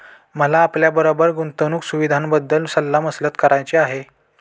मला आपल्याबरोबर गुंतवणुक सुविधांबद्दल सल्ला मसलत करायची आहे